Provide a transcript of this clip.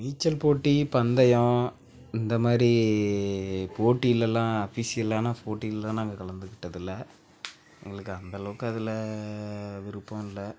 நீச்சல் போட்டி பந்தயம் இந்த மாதிரி போட்டிலலாம் அஃபிஷியலான ஃபோட்டில்லாம் நாங்கள் கலந்துக்கிட்டதில்ல எங்களுக்கு அந்தளவுக்கு அதில் விருப்பம் இல்லை